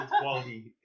quality